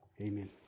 Amen